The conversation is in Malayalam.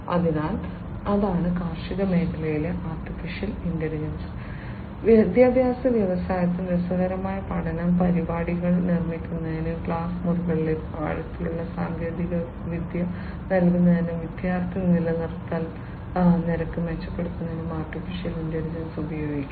അതിനാൽ അതാണ് കാർഷിക മേഖലയിലെ AI വിദ്യാഭ്യാസ വ്യവസായത്തിൽ രസകരമായ പഠന പരിപാടികൾ നിർമ്മിക്കുന്നതിനും ക്ലാസ് മുറിയിലേക്ക് ആഴത്തിലുള്ള സാങ്കേതികവിദ്യ നൽകുന്നതിനും വിദ്യാർത്ഥി നിലനിർത്തൽ നിരക്ക് മെച്ചപ്പെടുത്തുന്നതിനും AI ഉപയോഗിക്കാം